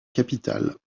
capitale